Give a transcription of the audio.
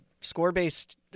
score-based